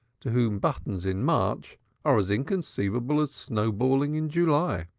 to whom buttons in march are as inconceivable as snow-balling in july.